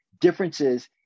differences